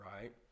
right